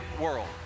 world